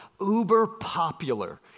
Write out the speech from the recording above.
uber-popular